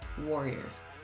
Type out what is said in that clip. warriors